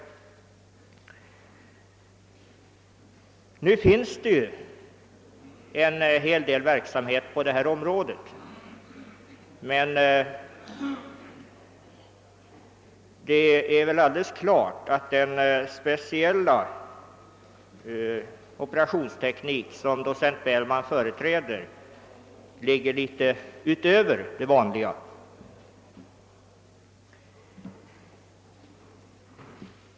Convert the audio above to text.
Nu förekommer en hel del verksamhet på detta område, men det står klart att den speciella operationsteknik som docent Bellman företräder går litet utöver det vanliga.